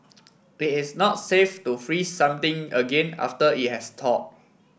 it is not safe to freeze something again after it has thawed